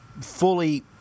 Fully